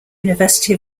university